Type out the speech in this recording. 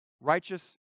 righteous